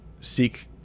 Seek